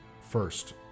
First